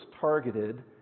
targeted